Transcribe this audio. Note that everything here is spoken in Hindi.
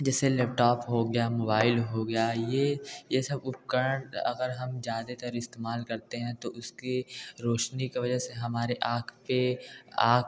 जैसे लेपटॉप हो गया मोबाइल हो गया ये ये सब उपकरण अगर हम ज़्यादातर इस्तेमाल करते हैं तो उसके रोशनी के वजह से हमारे आँख पे आँख